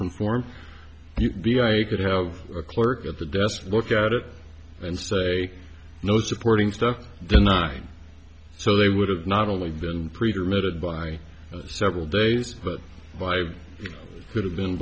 conform b i could have a clerk at the desk look at it and say no supporting stuff denied so they would have not only been preterm added by several days but by would have been